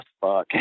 fuck